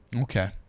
Okay